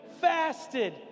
fasted